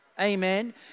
Amen